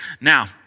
Now